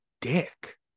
dick